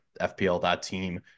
FPL.team